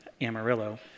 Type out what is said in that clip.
Amarillo